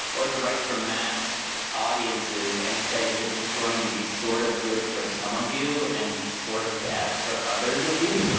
or to write for mass audiences, and say this is going to be sort of good for some of you, and sort of bad for others of you.